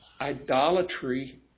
idolatry